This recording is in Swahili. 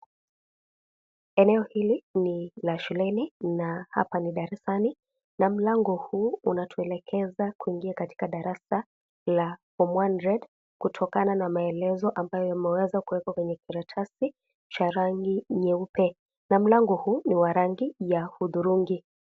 Eneo hili, ni la shuleni na hapa ni darasani na mlango huu unatuelekeza kuingia katika darasa la Form 1 red , kutokana na maelezo ambayo imeweza kuwepo kwenye karatasi chake cha rangi nyeupe na mlango huu ni wa rangi ya hudhurungi.